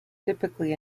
typically